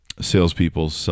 salespeople